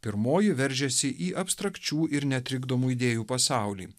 pirmoji veržiasi į abstrakčių ir netrikdomų idėjų pasaulį